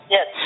Yes